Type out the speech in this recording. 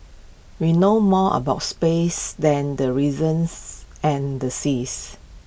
we know more about space than the reasons and the seas